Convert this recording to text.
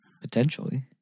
Potentially